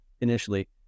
initially